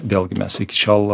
vėlgi mes iki šiol